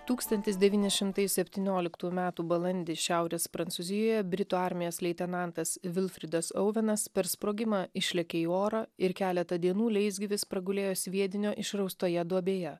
tūkstantis devyni šimtai septynioliktųjų metų balandį šiaurės prancūzijoje britų armijos leitenantas vilfrydas auvenas per sprogimą išlėkė į orą ir keletą dienų leisgyvis pragulėjo sviedinio išraustoje duobėje